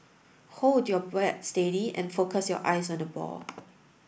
hold your bat steady and focus your eyes on the ball